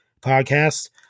podcast